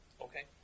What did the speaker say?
Okay